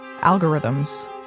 algorithms